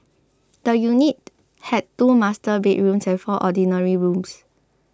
the unit had two master bedrooms and four ordinary rooms